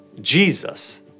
Jesus